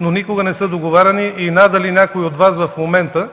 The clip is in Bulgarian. но никога не са договаряни и надали някой от Вас в момента,